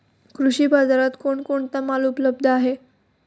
कृषी बाजारात कोण कोणता माल उपलब्ध आहे?